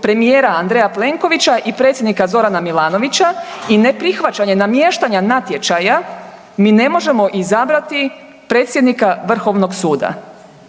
premijera Andreja Plenkovića i predsjednika Zorana Milanovića i ne prihvaćanje namještanja natječaja mi ne možemo izabrati predsjednika Vrhovnog suda.